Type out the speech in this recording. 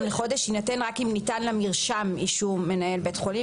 לחודש יינתן רק אם ניתן למרשם אישור מנהל בית חולים".